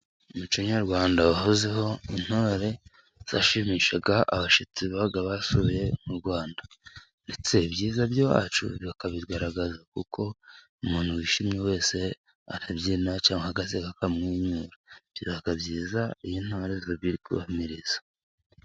Umuco nyarwanda wahozeho， intore zashimishaga abashyitsi， babaga basuye u Rwanda， ndetse ibyiza by’iwacu bakabigaragaza， kuko umuntu wishimye wese arabyina， cyangwa agaseka akamwenyura. Biba byiza iyo intore ziri guhamiriza.